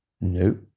no